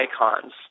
icons